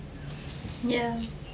ya